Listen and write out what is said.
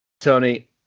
Tony